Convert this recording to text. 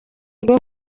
rwo